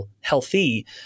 healthy